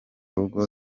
rugo